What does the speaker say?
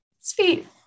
sweet